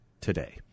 today